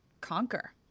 conquer